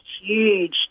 huge